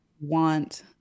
want